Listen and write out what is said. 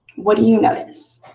what do you notice?